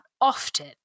often